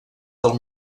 del